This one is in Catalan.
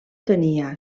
tenia